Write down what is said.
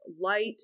light